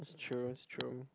that's true that's true